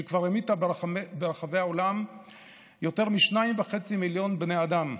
שכבר המיתה ברחבי העולם יותר משני מיליון וחצי בני אדם.